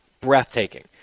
breathtaking